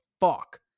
fuck